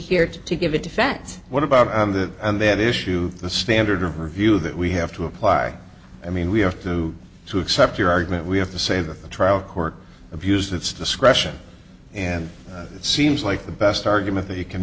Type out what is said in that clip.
here to give a defense what about that and that issue the standard of review that we have to apply i mean we have to to accept your argument we have to say that the trial court abused its discretion and it seems like the best argument that you can